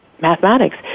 mathematics